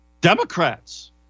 Democrats